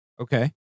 Okay